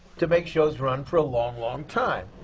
to make shows run for a long, long time.